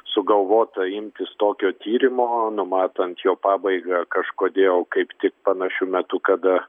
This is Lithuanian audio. sugalvota imtis tokio tyrimo numatant jo pabaigą kažkodėl kaip tik panašiu metu kada